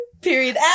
Period